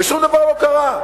ושום דבר לא קרה.